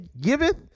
giveth